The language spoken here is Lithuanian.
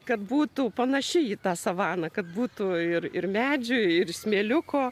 kad būtų panaši į tą savaną kad būtų ir ir medžių ir smėliuko